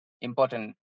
important